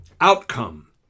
outcome